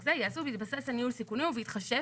זה יעשו בהתבסס על ניהול סיכונים ובהתחשב,